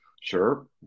Sure